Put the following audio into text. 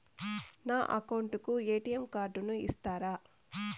నా అకౌంట్ కు ఎ.టి.ఎం కార్డును ఇస్తారా